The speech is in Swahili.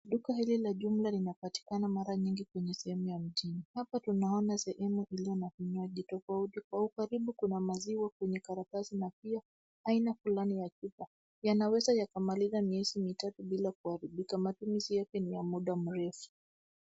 Duka hili la jumla linapatikana mara nyingi kwenye sehemu ya mjini. Hapa tunaona sehemu iliyo na vinywaji tofauti. Kwa ukaribu kuna maziwa kwenye karatasi na pia aina fulani ya chupa. Yanaweza yakamaliza miezi mitatu bila kuaribikka. Matumizi yake ni ya muda mrefu.